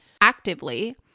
actively